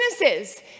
businesses